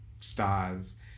stars